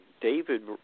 David